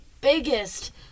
biggest